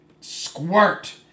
squirt